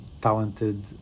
talented